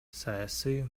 саясий